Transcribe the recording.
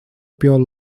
pure